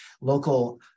local